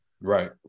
Right